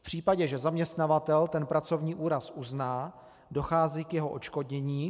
V případě, že zaměstnavatel ten pracovní úraz uzná, dochází k jeho odškodnění.